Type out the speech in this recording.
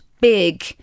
big